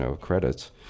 credits